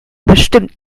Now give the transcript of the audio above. bestimmt